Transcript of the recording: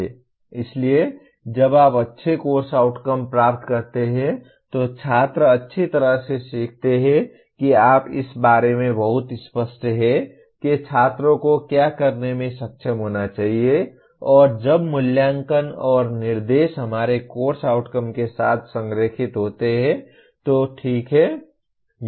इसलिए जब आप अच्छे कोर्स आउटकम प्राप्त करते हैं तो छात्र अच्छी तरह से सीखते हैं कि आप इस बारे में बहुत स्पष्ट हैं कि छात्रों को क्या करने में सक्षम होना चाहिए और जब मूल्यांकन और निर्देश हमारे कोर्स आउटकम के साथ संरेखित होते हैं तो ठीक है